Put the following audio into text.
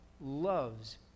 loves